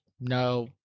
no